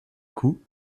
coup